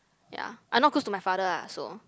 ya I not close to my father ah so